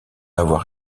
avoir